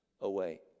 away